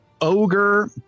ogre